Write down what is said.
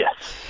Yes